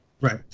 Right